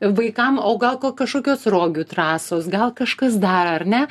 vaikam o gal ko kažkokios rogių trasos gal kažkas dar ar ne